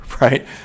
right